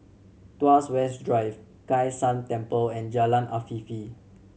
Tuas West Drive Kai San Temple and Jalan Afifi